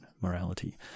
morality